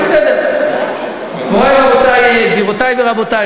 גבירותי ורבותי,